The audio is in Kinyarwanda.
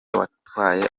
watwaye